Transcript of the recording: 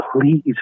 please